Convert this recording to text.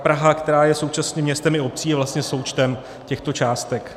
Praha, která je současně městem i obcí, je vlastně součtem těchto částek.